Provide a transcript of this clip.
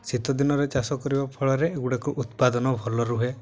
ଶୀତ ଦିନରେ ଚାଷ କରିବା ଫଳରେ ଏଗୁଡ଼ାକ ଉତ୍ପାଦନ ଭଲ ରୁହେ